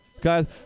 Guys